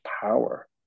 power